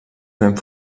fent